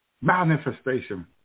manifestation